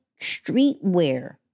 streetwear